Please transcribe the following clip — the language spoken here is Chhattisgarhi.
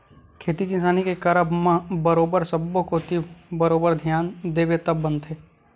खेती किसानी के करब म बरोबर सब्बो कोती बरोबर धियान देबे तब बनथे